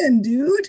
dude